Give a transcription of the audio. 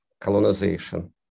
colonization